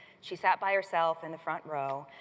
she sat by herself in the front row.